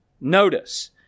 Notice